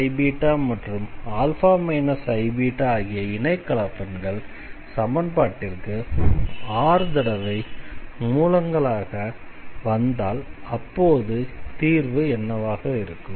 αiβ மற்றும்α iβ ஆகிய இணைக்கலப்பெண்கள் சமன்பாட்டிற்கு r தடவை மூலங்களாக வந்தால் அப்போது தீர்வு என்னவாக இருக்கும்